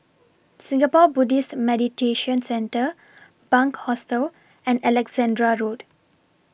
Singapore Buddhist Meditation Centre Bunc Hostel and Alexandra Road